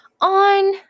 on